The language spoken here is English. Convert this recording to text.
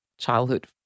childhood